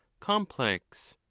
complex,